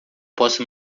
possa